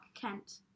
Kent